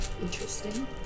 Interesting